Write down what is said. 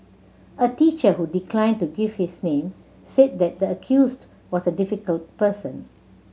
a teacher who declined to give his name said that the accused was a difficult person